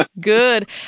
Good